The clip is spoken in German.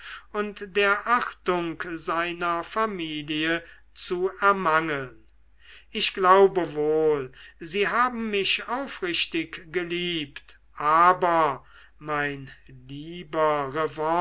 und der achtung seiner familie zu ermangeln ich glaube wohl sie haben mich aufrichtig geliebt aber mein lieber